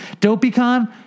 Dopeycon